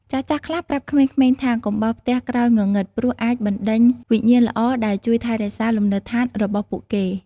ចាស់ៗខ្លះប្រាប់ក្មេងៗថា៖ «កុំបោសផ្ទះក្រោយងងឹត ព្រោះអាចបណ្ដេញវិញ្ញាណល្អដែលជួយថែរក្សាលំនៅដ្ឋានរបស់ពួកគេ។